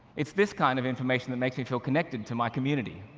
it's this kind of information that makes me feel connected to my community.